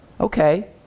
okay